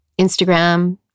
Instagram